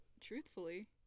Truthfully